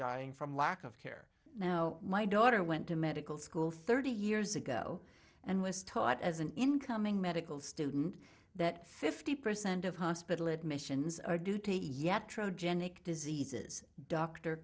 dying from lack of care now my daughter went to medical school thirty years ago and was taught as an incoming medical student that fifty percent of hospital admissions are duty yet genic diseases doctor